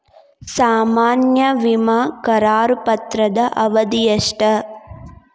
ಸಾಮಾನ್ಯ ವಿಮಾ ಕರಾರು ಪತ್ರದ ಅವಧಿ ಎಷ್ಟ?